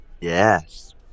Yes